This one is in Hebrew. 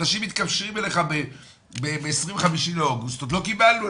אנשים מתקשרים אלייך ב-25 באוגוסט עוד לא קיבלנו,